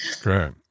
Great